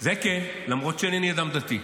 זה כן, למרות שאינני אדם דתי.